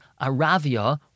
Aravia